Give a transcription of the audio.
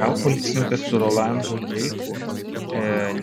gal policininkas su rolandu dreiku